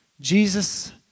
Jesus